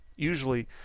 usually